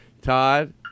Todd